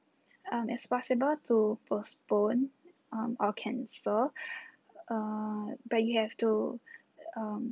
um it's possible to postpone or cancel uh but you have to um